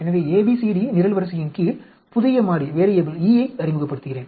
எனவே ABCD நிரல்வரிசையின் கீழ் புதிய மாறி E ஐ அறிமுகப்படுத்துகிறேன்